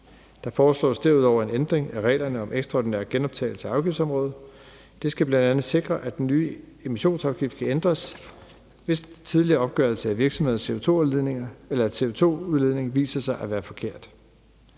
Der foreslås derudover en ændring af reglerne om ekstraordinær genoptagelse af afgiftsområdet, og det skal bl.a. sikre, at den nye emissionsafgift kan ændres, hvis den tidligere opgørelse af virksomhedens CO2-udledning viser sig at være forkert.